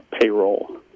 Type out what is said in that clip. payroll